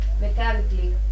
mechanically